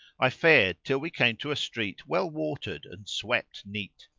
i fared till we came to a street well watered and swept neat,